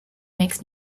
makes